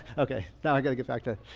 okay. now i gotta get back to it.